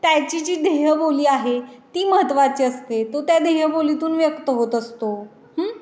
त्याची जी देहबोली आहे ती महत्वाची असते तो त्या देहबोलीतून व्यक्त होत असतो